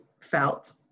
felt